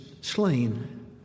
slain